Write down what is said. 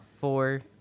four